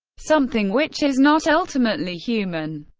something which is not ultimately human.